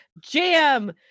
jam